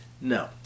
no